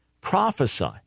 prophesy